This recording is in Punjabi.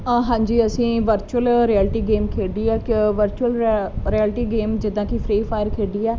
ਆ ਹਾਂਜੀ ਅਸੀਂ ਵਰਚੁਅਲ ਰਿਆਲਟੀ ਗੇਮ ਖੇਡੀ ਆ ਕਿਅ ਵਰਚੁਅਲ ਰ ਰਿਐਲਿਟੀ ਗੇਮ ਜਿੱਦਾਂ ਕਿ ਫਰੀ ਫਾਇਰ ਖੇਡੀ ਆ